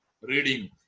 Reading